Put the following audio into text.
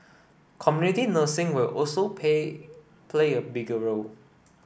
community nursing will also pay play a bigger role